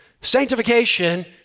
Sanctification